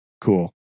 cool